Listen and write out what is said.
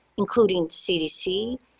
including cdc,